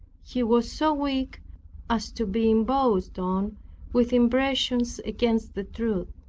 he was so weak as to be imposed on with impressions against the truth.